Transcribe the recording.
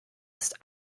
ist